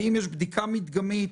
האם יש בדיקה מדגמית